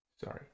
Sorry